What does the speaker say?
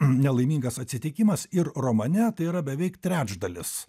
nelaimingas atsitikimas ir romane tai yra beveik trečdalis